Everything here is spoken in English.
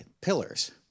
pillars